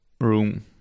room